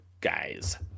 guys